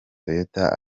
toyota